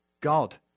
God